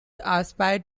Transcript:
aspired